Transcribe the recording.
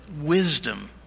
wisdom